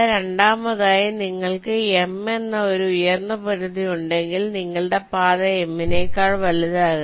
രണ്ടാമതായി നിങ്ങൾക്ക് M എന്ന ഒരു ഉയർന്ന പരിധി ഉണ്ടെങ്കിൽ നിങ്ങളുടെ പാത M നേക്കാൾ വലുതാകരുത്